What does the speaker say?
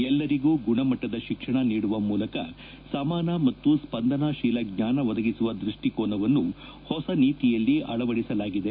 ಎಲ್ಲರಿಗೂ ಗುಣಮಟ್ಟದ ಶಿಕ್ಷಣ ನೀಡುವ ಮೂಲಕ ಸಮಾನ ಮತ್ತು ಸ್ವಂದನಾಶೀಲ ಜ್ವಾನ ಒದಗಿಸುವ ದೃಷ್ಟಿಕೋನವನ್ನು ಹೊಸ ನೀತಿಯಲ್ಲಿ ಅಳವಡಿಸಲಾಗಿದೆ